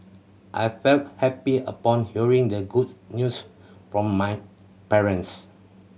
I felt happy upon hearing the good news from my parents